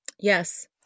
Yes